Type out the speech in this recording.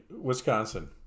Wisconsin